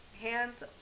Hands